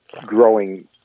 growing